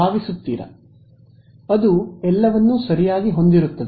ಅದು ಎಲ್ಲವನ್ನೂ ಸರಿಯಾಗಿ ಹೊಂದಿರುತ್ತದೆ